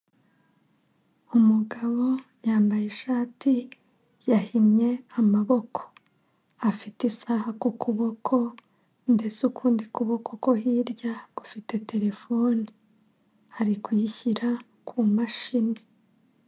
Umugabo yambaye ishati yahinnye amaboko, afite isaha ku kuboko ndetse ukundi kuboko ko hirya gufite telefone, ari kuyishyira ku mashini.